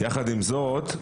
יחד עם זאת,